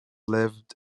lived